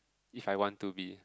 if I want to be